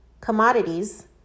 commodities